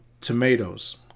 Tomatoes